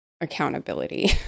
accountability